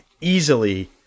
easily